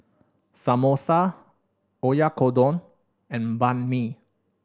Samosa Oyakodon and Banh Mi